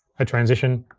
a transition.